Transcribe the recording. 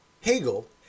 Hegel